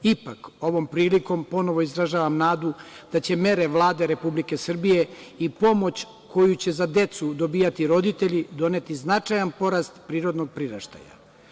Ipak, ovom prilikom ponovo izražavam nadu da će mere Vlade Republike Srbije i pomoć koju će za decu dobijati roditelji doneti značajan porast prirodnog priraštaja.